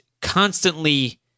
constantly